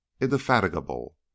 indefatigable